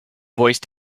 voice